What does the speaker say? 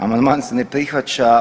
Amandman se ne prihvaća.